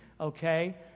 okay